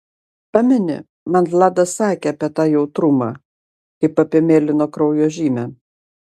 pameni man vladas sakė apie tą jautrumą kaip apie mėlyno kraujo žymę